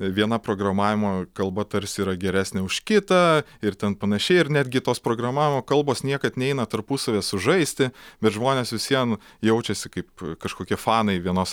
viena programavimo kalba tarsi yra geresnė už kitą ir ten panašiai ir netgi tos programavimo kalbos niekad neina tarpusavyje sužaisti bet žmonės vis vien jaučiasi kaip kažkokie fanai vienos